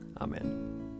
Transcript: Amen